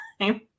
time